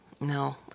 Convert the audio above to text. no